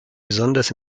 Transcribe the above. besonders